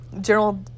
General